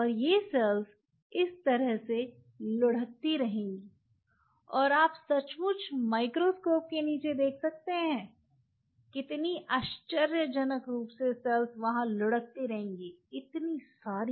और ये सेल्स इस तरह से लुढ़कती रहेंगी और आप सचमुच माइक्रोस्कोप के नीचे देख सकते हैं कितनी आश्चर्यजनक रूप से सेल्स वहाँ लुढ़कती रहेंगी इतनी सारी